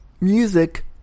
Music